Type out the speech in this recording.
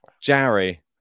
Jerry